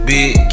Big